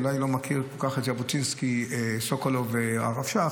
אולי אני לא מכיר כל כך את ז'בוטינסקי-סוקולוב והרב שך.